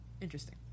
interesting